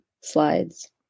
slides